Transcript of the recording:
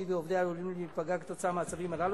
שהיא ועובדיה עלולים להיפגע כתוצאה מהצווים הללו.